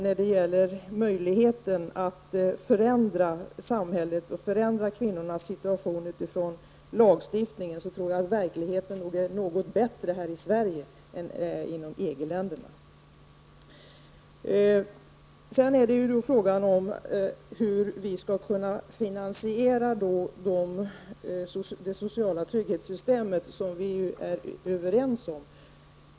När det gäller möjligheterna att förändra samhället och kvinnans situation utifrån lagstiftning tror jag att verkligheten ser något bättre ut i Sverige än i Sedan är det fråga om hur vi skall kunna finanseria det sociala trygghetssystem som vi är överens om.